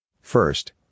First